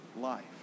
life